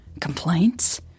Complaints